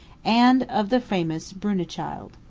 and of the famous brunechild.